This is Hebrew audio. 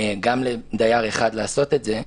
שתי הסיבות שלא קבענו מינימום ואפשרנו גם לדייר אחד לעשות את זה,